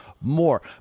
more